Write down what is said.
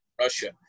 Russia